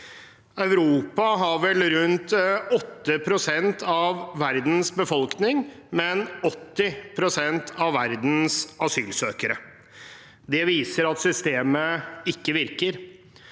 Europa har vel rundt 8 pst. av verdens befolk ning, men 80 pst. av verdens asylsøkere. Det viser at systemet ikke virker.